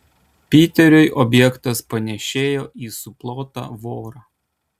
piteriui objektas panėšėjo į suplotą vorą